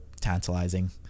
tantalizing